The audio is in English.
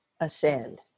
ascend